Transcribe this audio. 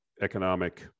economic